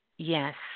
Yes